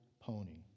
pony